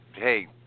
Hey